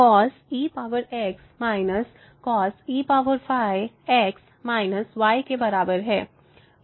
cos ex−cos ey x minus y के बराबर है